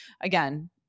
Again